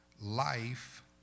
life